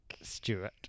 Stewart